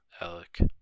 Alec